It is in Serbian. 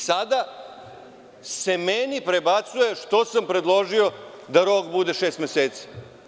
Sada se meni prebacuje što sam predložio da rok bude šest meseci.